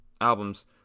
albums